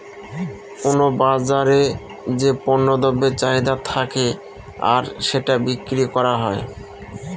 কোনো বাজারে যে পণ্য দ্রব্যের চাহিদা থাকে আর সেটা বিক্রি করা হয়